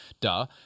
duh